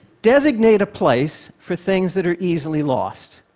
designate a place for things that are easily lost.